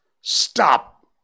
Stop